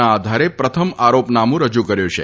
ના આધારે પ્રથમ આરોપનામું રજૂ કર્યું છે